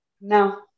No